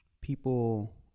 people